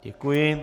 Děkuji.